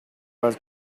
was